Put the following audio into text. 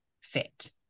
fit